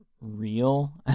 real